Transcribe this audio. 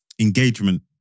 engagement